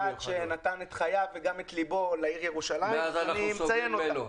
שנתן את חייו וגם את ליבו לירושלים ואני מציין אותם.